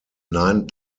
nine